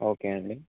okay అండి